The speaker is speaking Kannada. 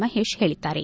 ಮಹೇಶ್ ಹೇಳಿದ್ದಾರೆ